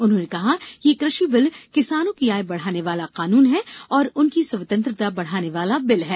उन्होने कहा कि यह कृषि विल किसानों की आय बढ़ाने वाला कानून है और उनकी स्वतंत्रता बढ़ाने वाला विल है